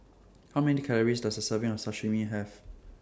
How Many Calories Does A Serving of Sashimi Have